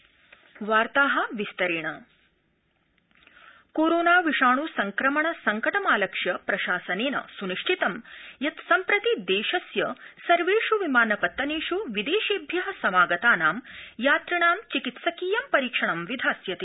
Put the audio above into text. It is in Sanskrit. कोरोना कोरोना विषाणु संक्रमण संकटम् आलक्ष्य प्रशासनेन सुनिश्चितम् यत् सम्प्रति देशस्य सर्वेष् विमानपत्तनेष् विदेशेभ्य समागतानां यात्रिणां चिकित्सकीयं परीक्षणं विधास्यते